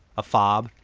a fob,